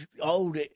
old